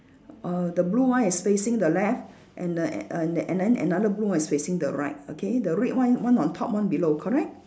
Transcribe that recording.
err the blue one is facing the left and and and then another blue one is facing the right okay the red one one on top one below correct